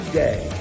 day